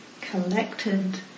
collected